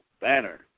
banner